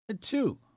Two